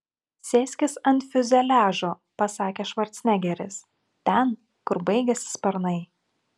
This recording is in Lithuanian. sėskis ant fiuzeliažo pasakė švarcnegeris ten kur baigiasi sparnai